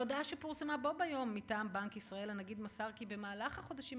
בהודעה שפורסמה בו ביום מטעם בנק ישראל מסר הנגיד כי במהלך החודשים